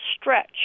stretch